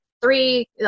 three